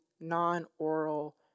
non-oral